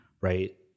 right